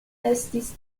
estis